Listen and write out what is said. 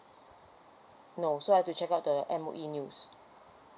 no so I have to check out the M_O_E news